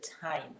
time